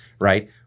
Right